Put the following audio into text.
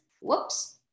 Whoops